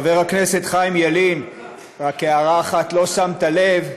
חבר הכנסת חיים ילין, רק הערה אחת: לא שמת לב,